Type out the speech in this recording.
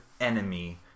enemy